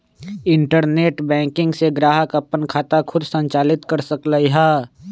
internet banking से ग्राहक अप्पन खाता खुद संचालित कर सकलई ह